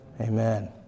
amen